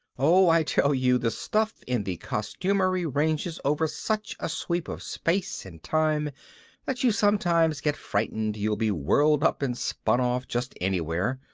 oh, i tell you the stuff in the costumery ranges over such a sweep of space and time that you sometimes get frightened you'll be whirled up and spun off just anywhere,